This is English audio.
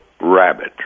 rabbit